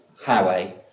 Highway